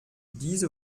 diese